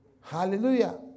Hallelujah